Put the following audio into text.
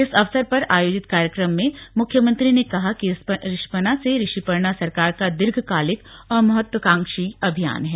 इस अवसर पर आयोजित कार्यक्रम में मुख्यमंत्री ने कहा कि रिस्पना से ऋषिपर्णा सरकार का दीर्घकालिक और महत्वाकांक्षी अभियान है